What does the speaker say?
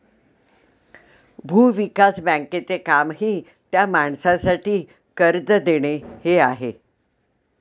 भूविकास बँकेचे कामही त्या माणसासाठी कर्ज देणे हे आहे